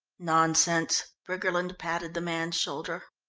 nonsense, briggerland patted the man's shoulder.